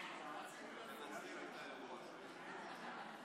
ההצבעה: בעד,